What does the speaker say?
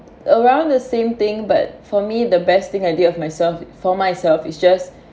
around the same thing but for me the best thing I did of myself for myself it's just